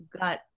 got